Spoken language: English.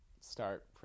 start